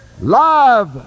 live